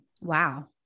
Wow